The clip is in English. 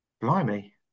blimey